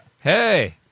Hey